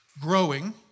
Growing